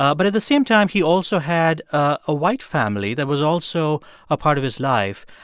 ah but at the same time, he also had ah a white family that was also a part of his life.